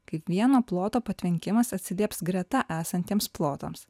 kaip vieno ploto patvenkimas atsilieps greta esantiems plotams